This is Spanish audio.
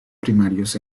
primarios